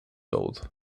old